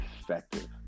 effective